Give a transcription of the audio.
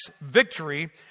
victory